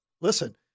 Listen